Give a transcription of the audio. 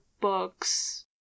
books